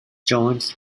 jones